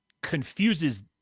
confuses